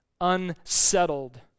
Unsettled